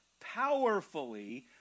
powerfully